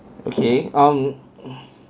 okay um